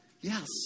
Yes